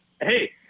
hey